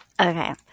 Okay